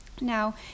Now